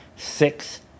six